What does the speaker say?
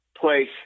place